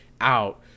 out